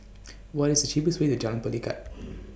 What IS The cheapest Way to Jalan Pelikat